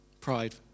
pride